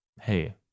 hey